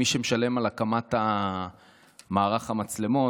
מי שמשלם על הקמת מערך המצלמות,